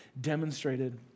demonstrated